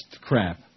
crap